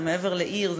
זה מעבר לעיר,